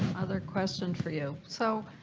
other question for you so